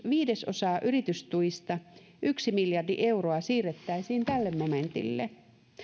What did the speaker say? viidesosa yritystuista yksi miljardi euroa siirrettäisiin tälle momentille